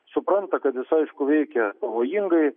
supranta kad jisai veikia pavojingai